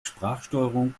sprachsteuerung